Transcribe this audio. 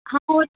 ਹਾਂ ਹੋਰ